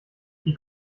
die